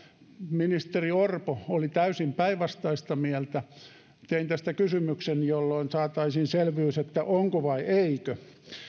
ministeri orpo oli täysin päinvastaista mieltä tein tästä kysymyksen jolloin saataisiin selvyys onko vai eikö